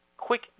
quick